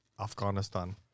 Afghanistan